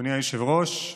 אדוני היושב-ראש,